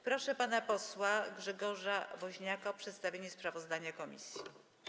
Proszę pana posła Grzegorza Woźniaka o przedstawienie sprawozdania komisji.